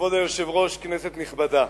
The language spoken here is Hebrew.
כבוד היושב-ראש, כנסת נכבדה,